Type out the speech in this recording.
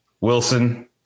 Wilson